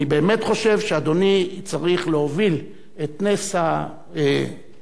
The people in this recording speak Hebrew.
אני באמת חושב שאדוני צריך להוביל את נס הקביעה,